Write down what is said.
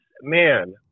man